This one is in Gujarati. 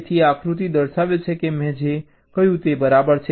તેથી આ આકૃતિ દર્શાવે છે કે મેં જે કહ્યું તે બરાબર છે